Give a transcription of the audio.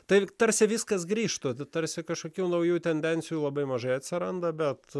taip tarsi viskas grįžtų tarsi kažkokių naujų tendencijų labai mažai atsiranda bet